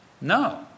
No